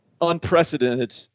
Unprecedented